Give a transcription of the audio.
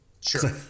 Sure